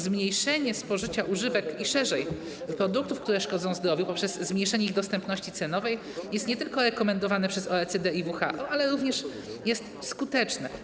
Zmniejszenie spożycia używek i szerzej, produktów, które szkodzą zdrowiu, poprzez zmniejszenie ich dostępności cenowej nie tylko jest rekomendowane przez OECD i WHO, ale również jest skuteczne.